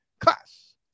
class